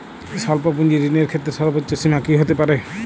স্বল্প পুঁজির ঋণের ক্ষেত্রে সর্ব্বোচ্চ সীমা কী হতে পারে?